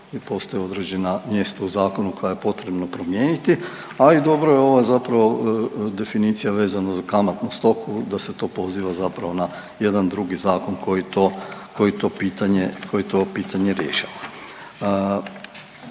postoje određena mjesta u zakonu koja je potrebno promijeniti, ali dobra je ova zapravo definicija vezano uz kamatnu stopu da se to poziva zapravo na jedan drugi zakon koji to, koji to